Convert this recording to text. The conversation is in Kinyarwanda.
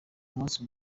umunsi